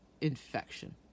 infection